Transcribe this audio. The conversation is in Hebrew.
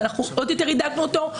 ואנחנו עוד יותר הידקנו אותו,